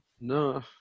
No